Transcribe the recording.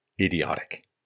idiotic